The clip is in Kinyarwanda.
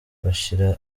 bashir